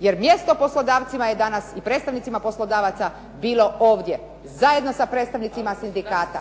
jer mjesto poslodavcima je danas i predstavnicima poslodavaca bilo ovdje, zajedno sa predstavnicima sindikata.